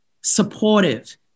supportive